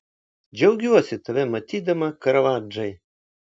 džiaugiuosi tave matydama karavadžai